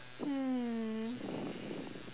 hmm